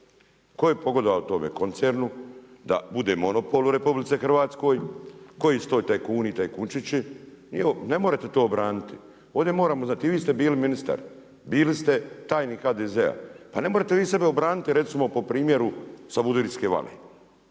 Tko je pogodovao tome koncernu da monopol u RH, koji su tajkuni i tajkunčići, ne morete to obraniti. Ovdje moramo znati i vi ste bili ministar, bili ste tajnik HDZ-a, pa ne morete vi sebe obraniti recimo po primjeru Savudrijske vale